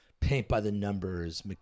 paint-by-the-numbers